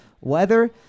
weather